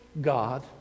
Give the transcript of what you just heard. God